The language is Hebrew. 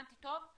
הבנתי טוב?